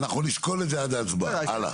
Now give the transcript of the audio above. אנחנו נשקול את זה עד ההצבעה, הלאה.